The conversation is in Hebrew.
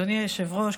אדוני היושב-ראש,